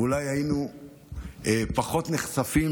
ואולי היינו פחות נחשפים,